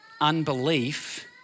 unbelief